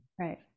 right